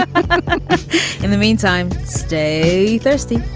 ah in the meantime, stay thirsty